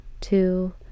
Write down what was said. two